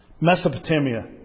Mesopotamia